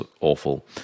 awful